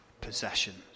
possessions